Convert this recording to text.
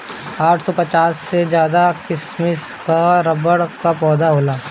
आठ सौ पचास से ज्यादा किसिम कअ रबड़ कअ पौधा होला